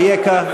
אייכה?